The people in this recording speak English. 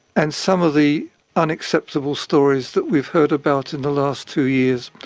and some of the unacceptable stories that we've heard about in the last two years,